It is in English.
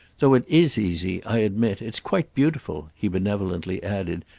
though it is easy, i admit it's quite beautiful, he benevolently added,